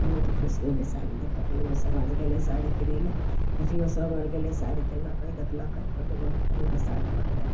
बहुत खुश भेलय साड़ी देख कऽ गाँवो समाज गेलय साड़ी किनय लए बेटियो सभ आर गेलय साड़ी किनलकै देखलकै कहलकै बहुत बढ़िआँ साड़ी पकड़ायल